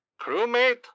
crewmate